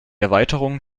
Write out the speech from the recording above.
erweiterung